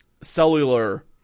cellular